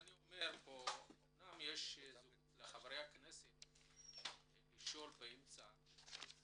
אמנם יש זכות לחברי הכנסת לשאול באמצע,